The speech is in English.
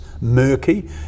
murky